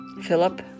Philip